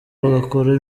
bagakora